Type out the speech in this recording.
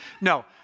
No